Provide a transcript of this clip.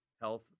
health